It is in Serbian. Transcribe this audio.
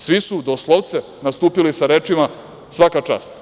Svi su doslovce nastupili sa rečima – svaka čast.